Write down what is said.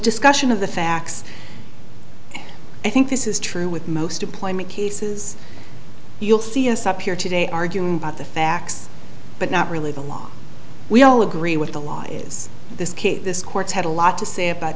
discussion of the facts i think this is true with most employment cases you'll see us up here today arguing about the facts but not really the law we all agree with the law is this kid this court's had a lot to say about